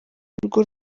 urwo